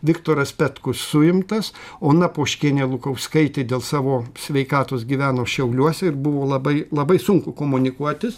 viktoras petkus suimtas ona poškienė lukauskaitė dėl savo sveikatos gyveno šiauliuose ir buvo labai labai sunku komunikuotis